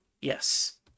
Yes